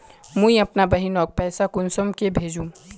मुई अपना बहिनोक पैसा कुंसम के भेजुम?